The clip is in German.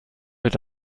wird